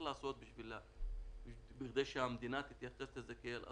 לעשות כדי שהמדינה תתייחס לזה כאל אסון.